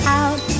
out